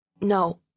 No